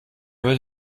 wird